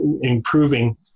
improving